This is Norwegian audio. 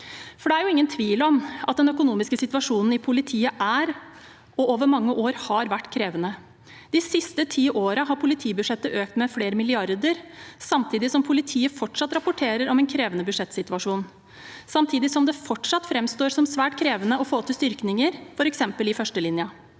Det er jo ingen tvil om at den økonomiske situasjonen i politiet er – og over mange år har vært – krevende. De siste ti årene har politibudsjettet økt med flere milliarder, samtidig som politiet fortsatt rapporterer om en krevende budsjettsituasjon, og samtidig som det fortsatt framstår som svært krevende å få til styrkninger, f.eks. i førstelinjen.